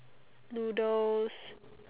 noodles